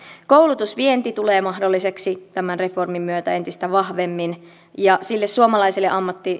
koulutusvienti tulee mahdolliseksi tämän reformin myötä entistä vahvemmin ja sille suomalaiselle